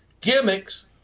gimmicks